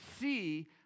see